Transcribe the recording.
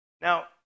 Now